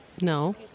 No